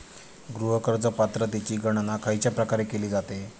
गृह कर्ज पात्रतेची गणना खयच्या प्रकारे केली जाते?